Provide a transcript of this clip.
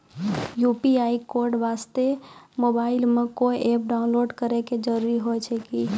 UPI code वास्ते mobile मे कोय एप्प डाउनलोड करे के जरूरी होय छै की?